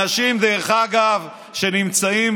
אלו אנשים, דרך אגב, שנמצאים,